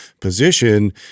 position